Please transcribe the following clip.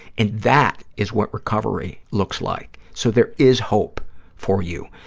and that is what recovery looks like, so there is hope for you.